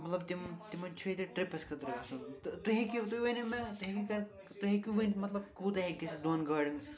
مطلب تِم تِمَن چھُ ییٚتہِ ٹرٛپَس خٲطرٕ گژھُن تہٕ تُہۍ ہیٚکوِ تُہۍ ؤنِو مےٚ تُہۍ ہیٚکٕوٕ ؤنِتھ مطلب کوٗتاہ ہٮ۪کہِ گٔژھِتھ دۄن گاڑٮ۪ن